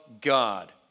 God